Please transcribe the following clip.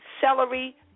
celery